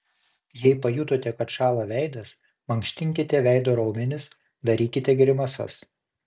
jei pajutote kad šąla veidas mankštinkite veido raumenis darykite grimasas